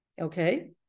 okay